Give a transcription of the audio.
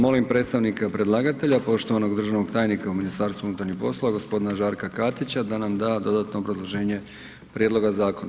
Molim predstavnika predlagatelja poštovanog državnog tajnika u MUP-u gospodina Žarka Katića da nam da dodatno obrazloženje prijedloga zakona.